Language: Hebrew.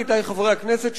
עמיתי חברי הכנסת,